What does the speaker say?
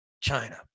China